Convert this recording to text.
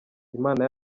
imana